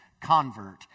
convert